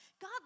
God